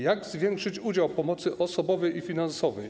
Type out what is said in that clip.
Jak zwiększyć udział pomocy osobowej i finansowej?